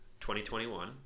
2021